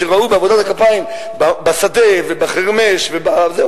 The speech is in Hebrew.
שראו בעבודת הכפיים בשדה ובחרמש ובזה,